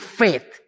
faith